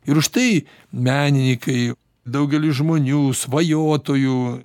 ir štai menininkai daugeliui žmonių svajotojų